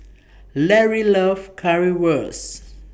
Lary loves Currywurst